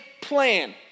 plan